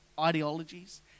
ideologies